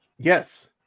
Yes